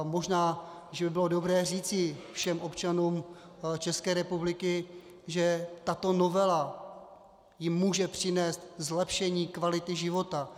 Možná že by bylo dobré říci všem občanům České republiky, že tato novela jim může přinést zlepšení kvality života.